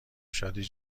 شادی